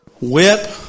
whip